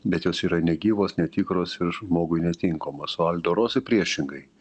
bet jos yra negyvos netikros ir žmogui netinkamos o aldo rosi priešingai